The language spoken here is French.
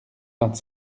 vingt